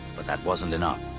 but that wasn't enough.